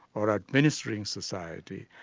or administering society,